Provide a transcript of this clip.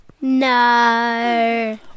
No